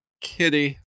kitty